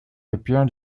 appeared